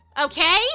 Okay